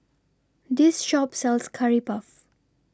This Shop sells Curry Puff